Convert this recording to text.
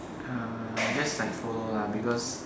err just like follow lah because